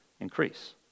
increase